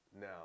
now